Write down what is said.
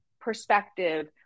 perspective